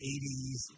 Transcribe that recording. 80s